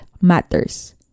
matters